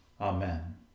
Amen